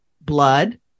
blood